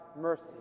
mercy